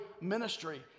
ministry